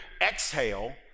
exhale